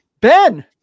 Ben